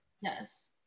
yes